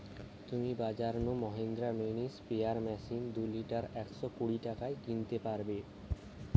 তুমি বাজর নু মহিন্দ্রা মিনি স্প্রেয়ার মেশিন দুই লিটার একশ কুড়ি টাকায় কিনতে পারবে